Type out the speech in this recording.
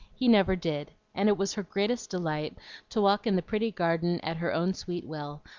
he never did and it was her greatest delight to walk in the pretty garden at her own sweet will,